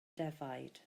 defaid